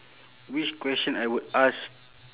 which question I would ask